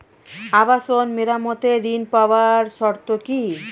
আবাসন মেরামতের ঋণ পাওয়ার শর্ত কি?